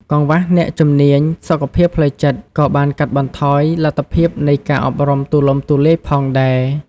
កង្វះអ្នកជំនាញសុខភាពផ្លូវចិត្តក៏បានកាត់បន្ថយលទ្ធភាពនៃការអប់រំទូលំទូលាយផងដែរ។